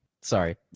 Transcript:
sorry